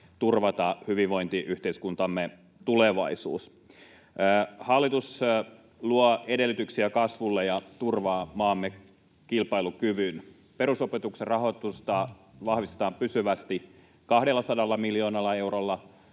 turvata hyvinvointiyhteiskuntamme tulevaisuus. Hallitus luo edellytyksiä kasvulle ja turvaa maamme kilpailukyvyn. Perusopetuksen rahoitusta vahvistetaan pysyvästi 200 miljoonalla eurolla